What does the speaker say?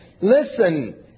Listen